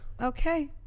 Okay